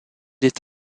est